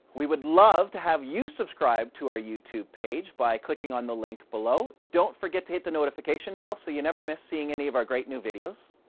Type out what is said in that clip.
we would love to have you subscribe to our youtube page by clicking on the link below don't forget to hit the notification bell so you never miss seeing any of our great new videos.